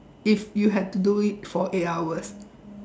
if you had to do it for eight hours